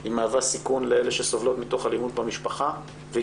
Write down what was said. היא מהווה סיכון לאלה שסובלות אלימות במשפחה והיא